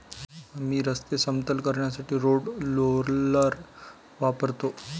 आम्ही रस्ते समतल करण्यासाठी रोड रोलर वापरतो